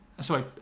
sorry